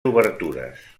obertures